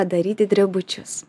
daryti drebučius